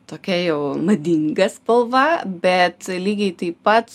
tokia jau madinga spalva bet lygiai taip pat